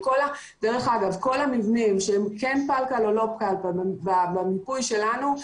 כל המבנים שהם פלקל או לא פלקל במיפוי שלנו,